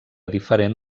diferent